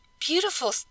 Beautiful